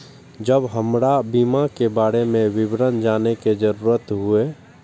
जब हमरा बीमा के बारे में विवरण जाने के जरूरत हुए?